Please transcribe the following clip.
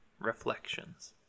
Reflections